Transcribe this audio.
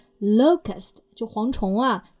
Locust,就蝗虫啊